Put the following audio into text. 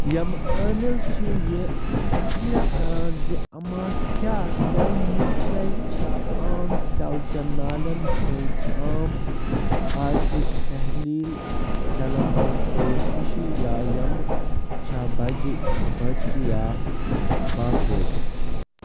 یِم عٲمِل چھِ یہِ تخمیہ كَران زِ اَما کیٛاہ سیٚل نیٛوٗکلے چھا عام سیٚلچَن نالٮ۪ن ہٕنٛزن عام آپہِ تحلیٖل سیٚلَن ہٕنٛدۍ پٲٹھۍ ہِشی یا یِمہٕ چھا بجہِ گو٘چہِ یا باقٲیدٕ